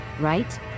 right